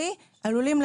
עצמאיים וכדומה.